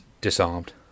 disarmed